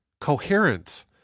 coherent